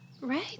Right